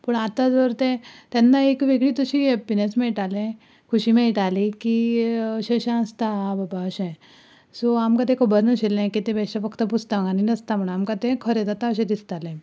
पूण आतां जर तें तेन्ना एक ती वेगळीच अशी हॅप्पीनॅस मेळटाली की अशें अशें आसता बाबा अशें सो आमकां तें खबर नाशिल्लें की ते बेश्टे फक्त पुस्तकांनी आसता म्हणोन आमकां तें खरें जाता अशें दिसतालें